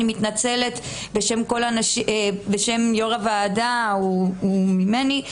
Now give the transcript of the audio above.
אני מתנצלת בשם יו"ר הוועדה וממני,